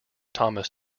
thomas